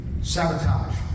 Sabotage